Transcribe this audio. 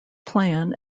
plan